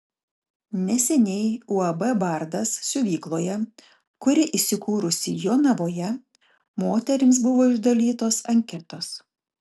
neseniai uab bardas siuvykloje kuri įsikūrusi jonavoje moterims buvo išdalytos anketos